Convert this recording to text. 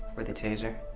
or the taser?